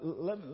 let